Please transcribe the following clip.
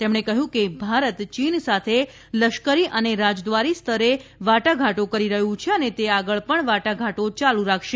તેમણે કહ્યું હતું કે ભારત ચીન સાથે લશ્કરી અને રાજદવારી સ્તરે વાટાઘાટો કરી રહ્યું છે અને તે આગળ પણ વાટાઘાટો ચાલુ રાખશે